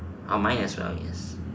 uh mine as well yes